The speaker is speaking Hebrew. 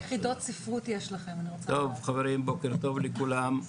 טוב חברים בוקר טוב לכולם.